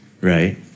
right